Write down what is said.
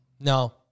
no